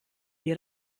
die